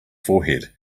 forehead